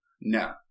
No